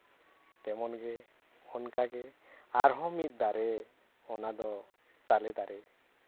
ᱛᱮᱢᱚᱱ ᱜᱮ ᱚᱱᱠᱟᱜᱮ ᱟᱨᱦᱚᱸ ᱢᱤᱫ ᱫᱟᱨᱮ ᱚᱱᱟᱫᱚ ᱛᱟᱞᱮ ᱫᱟᱨᱮ